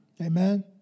Amen